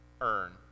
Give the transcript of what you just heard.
earn